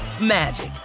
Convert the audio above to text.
magic